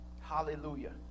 Hallelujah